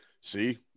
see